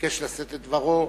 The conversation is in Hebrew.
ביקש לשאת את דברו.